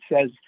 says